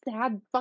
sad